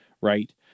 right